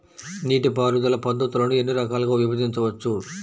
నీటిపారుదల పద్ధతులను ఎన్ని రకాలుగా విభజించవచ్చు?